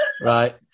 Right